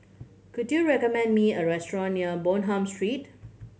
could you recommend me a restaurant near Bonham Street